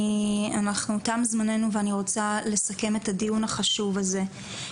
תם זמננו, ואני רוצה לסכם את הדיון החשוב הזה.